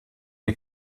wie